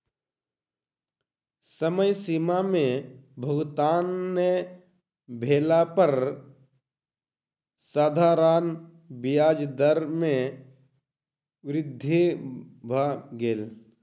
समय सीमा में भुगतान नै भेला पर साधारण ब्याज दर में वृद्धि भ गेल